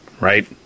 right